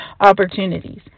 opportunities